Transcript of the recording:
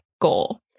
Goal